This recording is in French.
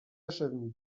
avenue